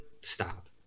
stop